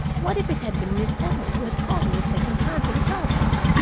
what if it had been miss emily who had called me the second time to the telephone,